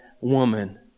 woman